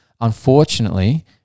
unfortunately